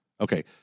Okay